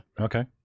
Okay